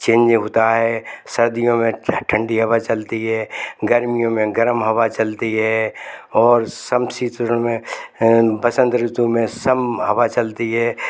change होता है सर्दियों में ठंडी हवा चलती है गर्मियों में गर्म हवा चलती है और समशीतोष्ण में बसंत ऋतु में सम हवा चलती है